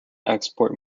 export